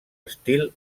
estil